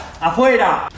Afuera